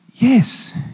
yes